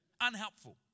unhelpful